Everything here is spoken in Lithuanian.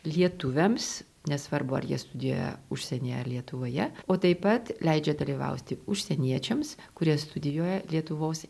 lietuviams nesvarbu ar jie studijuoja užsienyje ar lietuvoje o taip pat leidžia dalyvauti užsieniečiams kurie studijuoja lietuvos